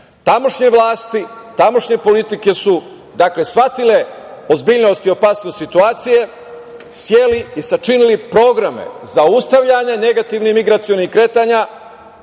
Tamošnje vlasti, tamošnje politike su shvatile ozbiljnost i opasnost situacije, seli i sačinili programe zaustavljanje negativnih migracionih kretanja